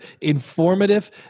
informative